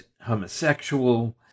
homosexual